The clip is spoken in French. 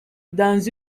dans